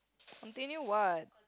continue what